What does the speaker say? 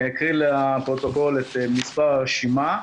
אני אקריא לפרוטוקול את מספר הרשימה,